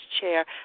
chair